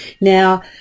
Now